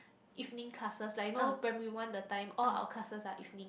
evening classes like you know primary one the time all our classes are evening